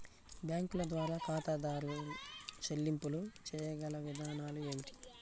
బ్యాంకుల ద్వారా ఖాతాదారు చెల్లింపులు చేయగల విధానాలు ఏమిటి?